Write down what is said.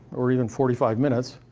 or even forty five minutes,